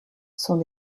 sont